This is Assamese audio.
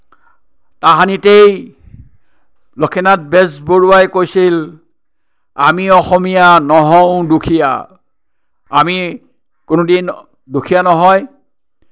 তাহানিতেই লক্ষীনাথ বেজবৰুৱাই কৈছিল আমি অসমীয়া নহওঁ দুখীয়া আমি কোনোদিন দুখীয়া নহয়